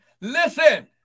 Listen